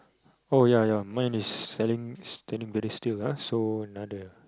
oh ya ya mine is selling standing very still so another